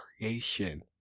creation